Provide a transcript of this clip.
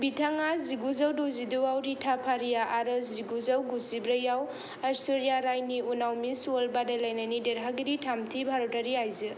बिथाङा जिगुजौ दजिद' आव रीता फारिया आरो जिगुजौ गुजिब्रैयाव आइशरिया राइनि उनाव मिस वर्ल्ड बादायलायनायनि देरहागिरि थामथि भारतारि आइजो